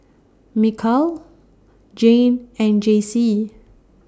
Mikal Jayne and Jaycee